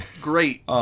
great